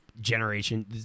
Generation